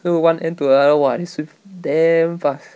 to one end to another !wah! they swim damn fast